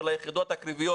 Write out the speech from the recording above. וליחידות הקרביות,